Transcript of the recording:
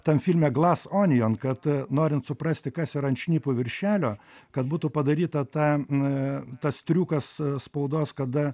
tam filme glas onijon kad a norint suprasti kas yra ant šnipo viršelio kad būtų padaryta tą na tas triukas spaudos kada